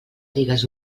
digues